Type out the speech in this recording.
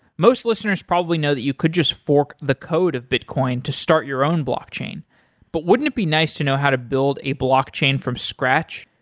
most listeners probably know that you could just fork the code of bitcoin to start your own blockchain, but wouldn't it be nice to know how to build a blockchain from scratch?